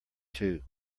two